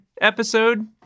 episode